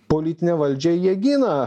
politinę valdžią jie gina